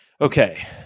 Okay